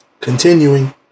Continuing